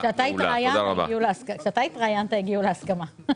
<< סיום >> הישיבה ננעלה בשעה 15:00.